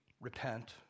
repent